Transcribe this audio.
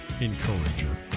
encourager